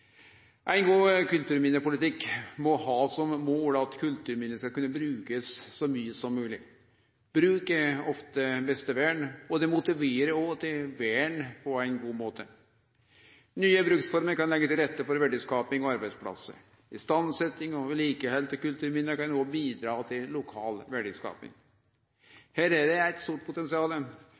Ein god kulturminnepolitikk må ha som mål at kulturminne skal kunne brukast så mykje som mogleg. Bruk er ofte beste vern, og det motiverer òg til vern på ein god måte. Nye bruksformer kan leggje til rette for verdiskaping og arbeidsplassar. Istandsetjing og vedlikehald av kulturminne kan òg bidra til lokal verdiskaping. Her er det eit stort